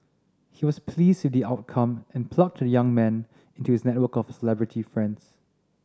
he was pleased with the outcome and plugged the young man into his network of celebrity friends